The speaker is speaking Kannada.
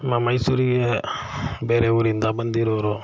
ನಮ್ಮ ಮೈಸೂರಿಗೆ ಬೇರೆ ಊರಿಂದ ಬಂದಿರೋರು